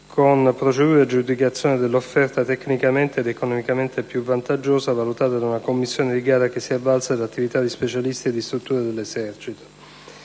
con procedura di aggiudicazione dell'offerta tecnicamente ed economicamente più vantaggiosa, valutata da una commissione di gara, che si è avvalsa dell'attività di specialisti e di strutture dell'Esercito.